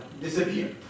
disappear